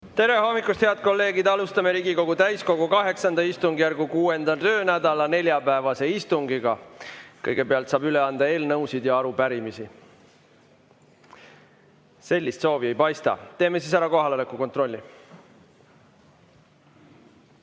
Tere hommikust, head kolleegid! Alustame Riigikogu täiskogu VIII istungjärgu 6. töönädala neljapäevast istungit. Kõigepealt saab üle anda eelnõusid ja arupärimisi. Sellist soovi ei paista. Teeme siis kohaloleku kontrolli.